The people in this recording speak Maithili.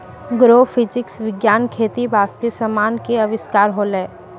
एग्रोफिजिक्स विज्ञान खेती बास्ते समान के अविष्कार होलै